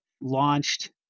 launched